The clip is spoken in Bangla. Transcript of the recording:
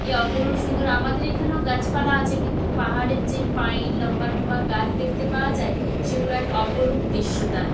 এ অপরূপ সুন্দর আমাদের এখানেও গাছপালা আছে কিন্তু পাহাড়ের যেই পাইন লম্বা লম্বা গাছ দেখতে পাওয়া যায় সেগুলো এক অপরূপ দৃশ্য তার